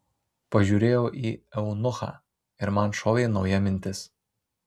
pažiūrėjau į eunuchą ir man šovė nauja mintis